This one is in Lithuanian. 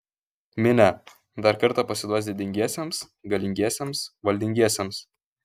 minia dar kartą pasiduos didingiesiems galingiesiems valdingiesiems